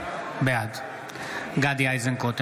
בעד גדי איזנקוט,